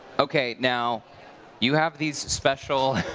okay. now you have these special